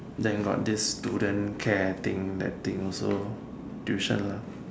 thank god this student care thing that thing also tuition lah